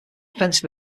offensive